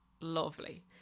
lovely